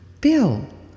Bill